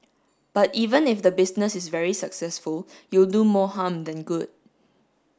but even if the business is very successful you'll do more harm than good